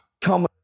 come